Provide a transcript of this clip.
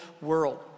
world